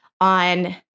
on